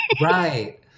Right